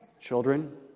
Children